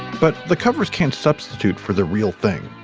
but the covers can't substitute for the real thing.